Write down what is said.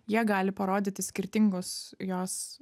jie gali parodyti skirtingus jos